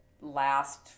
last